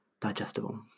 digestible